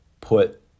put